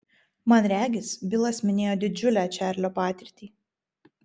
man regis bilas minėjo didžiulę čarlio patirtį